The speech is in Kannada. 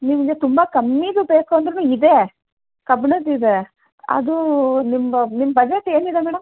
ನಿಮಗೆ ತುಂಬ ಕಮ್ಮಿದು ಬೇಕು ಅಂದ್ರು ಇದೆ ಕಬ್ಣದ್ದು ಇದೆ ಅದೂ ನಿಮ್ಮ ನಿಮ್ಮ ಬಜೆಟ್ ಏನಿದೆ ಮೇಡಮ್